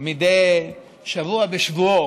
מדי שבוע בשבוע.